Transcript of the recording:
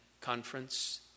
conference